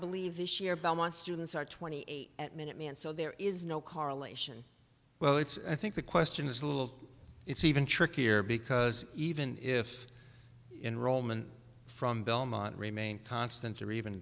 believe this year belmont students are twenty eight at minuteman so there is no correlation well it's i think the question is little it's even trickier because even if enrollment from belmont remained constant or even